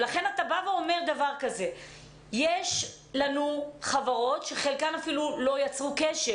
לכן אתה אומר: יש לנו חברות שחלקן לא יצרו קשר